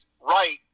right